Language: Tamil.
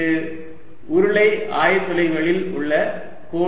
இது உருளை ஆயத்தொலைவுகளில் உள்ள கோடு கூறு ஆகும்